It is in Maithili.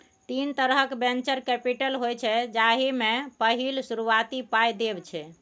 तीन तरहक वेंचर कैपिटल होइ छै जाहि मे पहिल शुरुआती पाइ देब छै